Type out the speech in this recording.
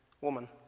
woman